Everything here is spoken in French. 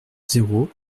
zéro